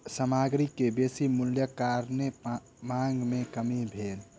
सामग्री के बेसी मूल्यक कारणेँ मांग में कमी भेल